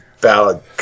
ballad